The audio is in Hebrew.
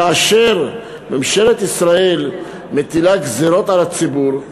כאשר ממשלת ישראל מטילה גזירות על הציבור,